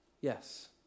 Yes